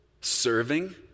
serving